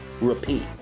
repeat